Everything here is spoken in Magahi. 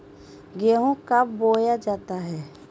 गेंहू कब बोया जाता हैं?